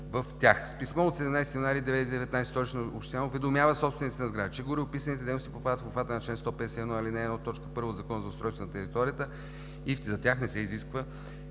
в тях. С писмо от 17 януари 2019 г. Столична община уведомява собствениците на сградата, че гореописаните дейности попадат в обхвата на чл. 151, ал. 1, т. 1 от Закона за устройство на територията и за тях не се изисква